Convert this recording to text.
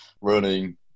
running